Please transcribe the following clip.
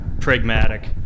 pragmatic